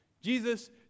Jesus